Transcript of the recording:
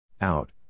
Out